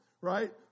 right